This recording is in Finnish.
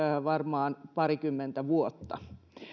varmaan parikymmentä vuotta